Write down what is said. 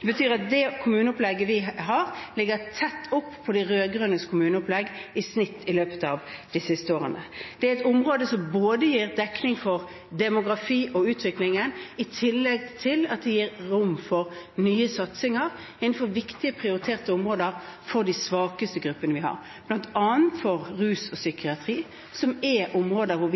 Det betyr at det kommuneopplegget vi har, i snitt ligger tett opp mot de rød-grønnes kommuneopplegg i løpet av de siste årene. Det er et område som gir dekning for både demografi og utvikling, i tillegg til at det gir rom for nye satsinger innenfor viktige prioriterte områder for de svakeste gruppene vi har, bl.a. innenfor rus og psykiatri, som vi mener er områder hvor